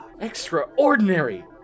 Extraordinary